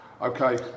Okay